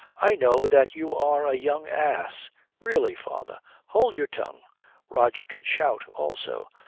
i know that you are a young ass really, father hold your tongue roger can shout also.